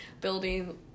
building